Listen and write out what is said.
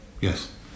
Yes